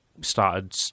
Started